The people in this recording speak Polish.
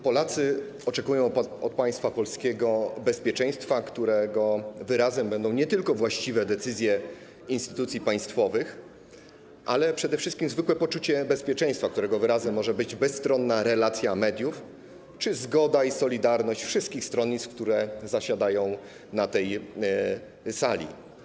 Polacy oczekują od państwa polskiego bezpieczeństwa, którego wyrazem będą nie tylko właściwe decyzje instytucji państwowych, ale przede wszystkim zwykłe poczucie bezpieczeństwa, którego wyrazem może być bezstronna relacja mediów czy zgoda i solidarność wszystkich stronnictw, które zasiadają na tej sali.